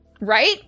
Right